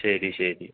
ശരി ശരി